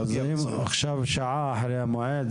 עכשיו שעה אחרי המועד,